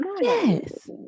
Yes